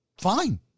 fine